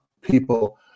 people